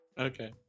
Okay